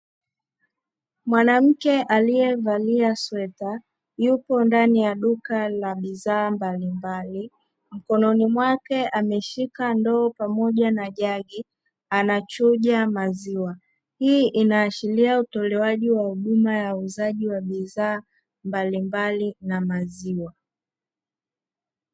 Mwanamke aliyevalia sweta yupo ndani ya duka la bidhaa mbalimbali, mkononi mwake ameshika ndoo pamoja na jagi anachuja maziwa. Hii inashiria utolewaji wa huduma ya bidhaa mbalimbali na maziwa.